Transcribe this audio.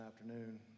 afternoon